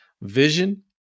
vision –